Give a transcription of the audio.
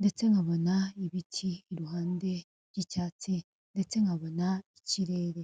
ndetse nkabona ibiti iruhande by'icyatsi, ndetse nkabona ikirere.